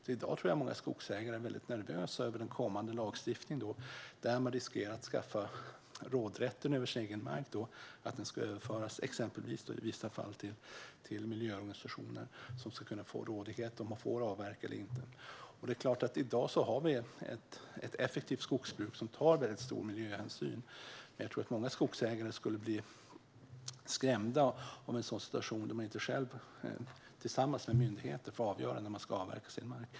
I dag tror jag att många skogsägare är nervösa över kommande lagstiftning där man riskerar att rådigheten över den egna marken i vissa fall överförs till miljöorganisationer som ska kunna avgöra om man får avverka eller inte. I dag har vi ett effektivt skogsbruk som tar stor miljöhänsyn, men jag tror att många skogsägare skulle bli skrämda av en situation där man inte själv tillsammans med myndigheter får avgöra när man ska avverka sin mark.